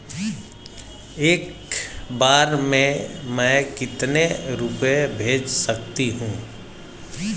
एक बार में मैं कितने रुपये भेज सकती हूँ?